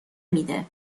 میده